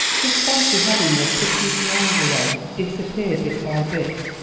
just fancy having your prettiest lingerie disappear bit by bit,